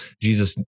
Jesus